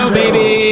baby